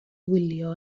wylio